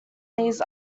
these